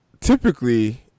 typically